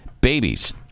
babies